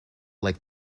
like